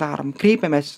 darom kreipiamės